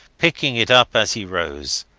picking it up as he rose.